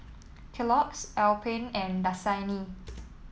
Kellogg's Alpen and Dasani